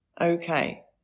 Okay